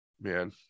Man